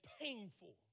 painful